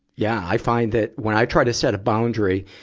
yeah, i find that when i try to set a boundary,